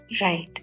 Right